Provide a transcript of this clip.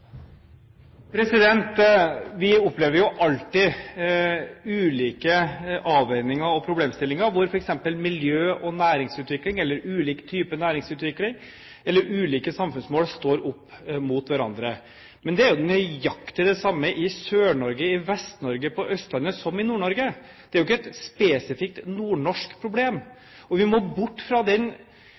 Vi opplever jo alltid ulike avveininger og problemstillinger, hvor f.eks. miljø og næringsutvikling eller ulike typer næringsutvikling eller ulike samfunnsmål står opp mot hverandre. Men det er jo nøyaktig det samme i Sør-Norge, i Vest-Norge og på Østlandet som i Nord-Norge. Det er jo ikke et spesifikt nordnorsk problem. Vi må bort fra den